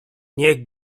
niech